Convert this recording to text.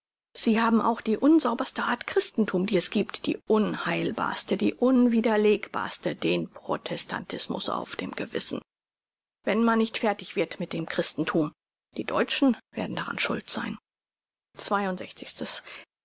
sie haben auch die unsauberste art christenthum die es giebt die unheilbarste die unwiderlegbarste den protestantismus auf dem gewissen wenn man nicht fertig wird mit dem christenthum die deutschen werden daran schuld sein